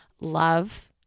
Love